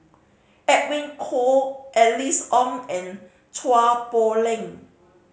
Edwin Koek Alice Ong and Chua Poh Leng